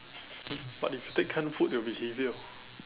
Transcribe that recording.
but if take canned food it'll be heavier